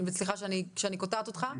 וסליחה שאני קוטעת אותך,